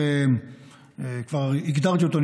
כבר הגדרתי אותו,